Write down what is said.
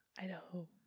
Idaho